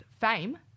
Fame